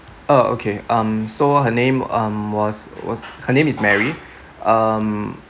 uh okay um so her name um was was her name is mary um